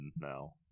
now